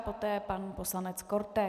Poté pan poslanec Korte.